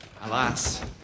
Alas